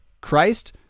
Christ